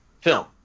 Film